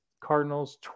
Cardinals